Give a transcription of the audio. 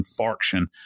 infarction